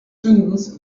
zündens